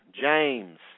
James